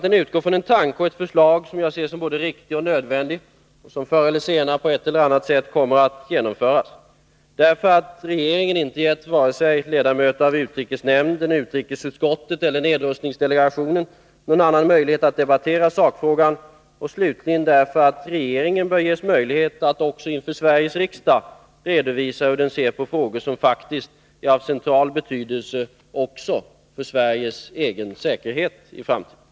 Den utgår från ett förslag som jag ser som både riktigt och nödvändigt och som förr eller senare på ett eller annat sätt kommer att genomföras, därför att regeringen inte gett vare sig ledamöterna i utrikesnämnden, utrikesutskottet eller nedrustningsdelegationen någon annan möjlighet att debattera sakfrågan och slutligen också därför att regeringen bör ges möjlighet att också inför Sveriges riksdag redovisa hur den ser på frågor som faktiskt är av central betydelse även för Sveriges egen säkerhet i framtiden.